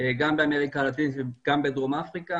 גם באמריקה הלטינית וגם בדרום אפריקה.